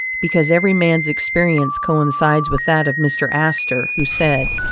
because every man's experience coincides with that of mr. astor, who said,